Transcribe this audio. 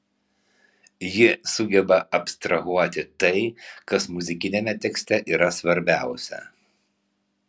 ji sugeba abstrahuoti tai kas muzikiniame tekste yra svarbiausia